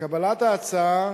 קבלת ההצעה,